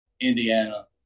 Indiana